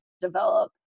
develop